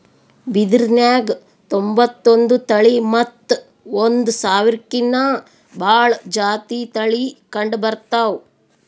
ಬಿದಿರ್ನ್ಯಾಗ್ ತೊಂಬತ್ತೊಂದು ತಳಿ ಮತ್ತ್ ಒಂದ್ ಸಾವಿರ್ಕಿನ್ನಾ ಭಾಳ್ ಜಾತಿ ತಳಿ ಕಂಡಬರ್ತವ್